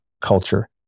culture